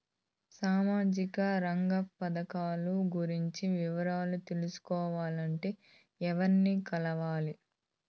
సామాజిక రంగ పథకాలు గురించి వివరాలు తెలుసుకోవాలంటే ఎవర్ని కలవాలి?